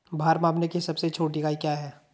भार मापने की सबसे छोटी इकाई क्या है?